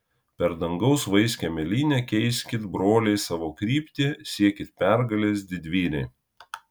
per dangaus vaiskią mėlynę keiskit broliai savo kryptį siekit pergalės didvyriai